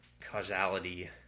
causality